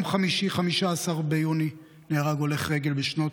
ביום חמישי 15 ביוני נהרג הולך רגל בשנות